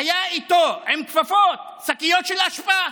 היו איתו, עם כפפות, שקיות של אשפה.